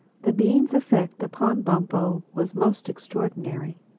the beans' effect upon bumpo was most extraordinary.